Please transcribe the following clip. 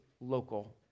local